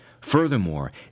Furthermore